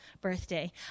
birthday